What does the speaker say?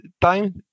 time